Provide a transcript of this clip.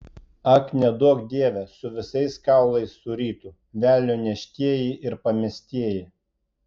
ak neduok dieve su visais kaulais surytų velnio neštieji ir pamestieji